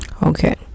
Okay